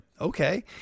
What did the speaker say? okay